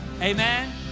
Amen